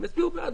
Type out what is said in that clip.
הם יצביעו בעד,